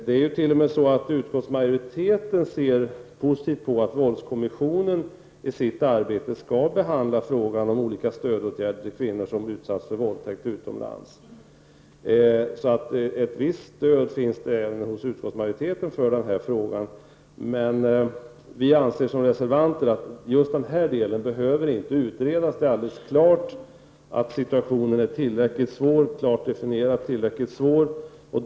Det är ju t.o.m. så att utskottsmajoriteten ser positivt på att våldskommissionen i sitt arbete skall behandla frågan om olika stödåtgärder till kvinnor som utsätts för våldtäkt utomlands. Så ett visst stöd finns det även hos utskottsmajoriteten i den här frågan. Men vi reservanter anser att just den här delen inte behöver utredas. Det är alldeles klart att situationen är tillräckligt svår.